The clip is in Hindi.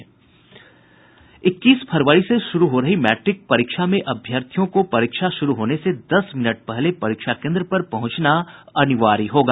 इक्कीस फरवरी से शुरू हो रही मैट्रिक परीक्षा में अभ्यर्थियों को परीक्षा शुरू होने से दस मिनट पहले परीक्षा केन्द्र पर पहुंचना अनिवार्य होगा